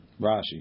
Rashi